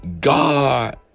God